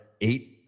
eight